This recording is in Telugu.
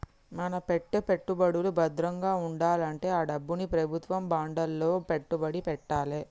మన పెట్టే పెట్టుబడులు భద్రంగా వుండాలంటే ఆ డబ్బుని ప్రభుత్వం బాండ్లలో పెట్టుబడి పెట్టాలే